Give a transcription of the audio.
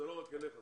זה לא רק אליך,